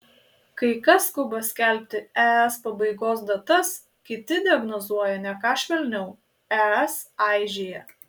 kai kas skuba skelbti es pabaigos datas kiti diagnozuoja ne ką švelniau es aižėja